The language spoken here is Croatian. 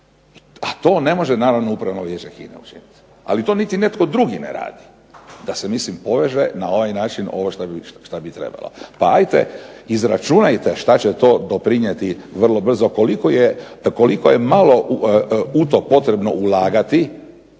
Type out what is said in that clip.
A to ne može naravno Upravno vijeće HINA-e učiniti. Ali to niti netko drugi ne radi da se poveže na ovaj način na što bi trebalo. Pa ajte izračunajte šta će to doprinijeti vrlo brzo. Koliko je malo u to potrebno ulagati,